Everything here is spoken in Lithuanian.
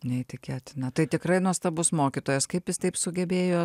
neįtikėtina tai tikrai nuostabus mokytojas kaip jis taip sugebėjo